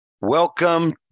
Welcome